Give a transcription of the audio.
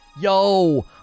Yo